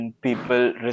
people